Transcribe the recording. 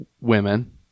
women